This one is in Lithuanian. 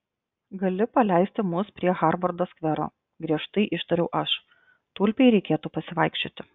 gali paleisti mus prie harvardo skvero griežtai ištariau aš tulpei reikėtų pasivaikščioti